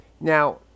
Now